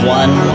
one